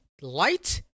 Light